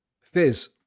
Fizz